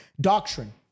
doctrine